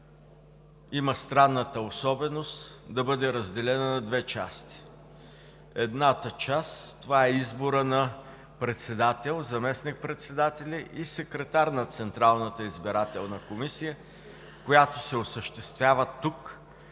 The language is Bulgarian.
има странната особеност да бъде разделена на две части. Едната част – това е изборът на председател, заместник-председатели и секретар на Централната избирателна комисия, която се осъществява от